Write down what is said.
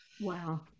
Wow